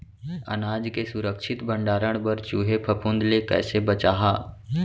अनाज के सुरक्षित भण्डारण बर चूहे, फफूंद ले कैसे बचाहा?